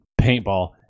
Paintball